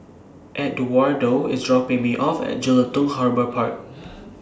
Eduardo IS dropping Me off At Jelutung Harbour Park